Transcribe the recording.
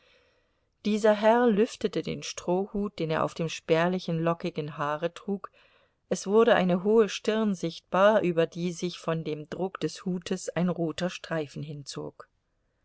dieser herr lüftete den strohhut den er auf dem spärlichen lockigen haare trug es wurde eine hohe stirn sichtbar über die sich von dem druck des hutes ein roter streifen hinzog